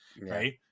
right